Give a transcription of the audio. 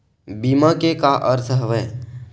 बीमा के का अर्थ हवय?